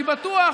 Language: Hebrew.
אני בטוח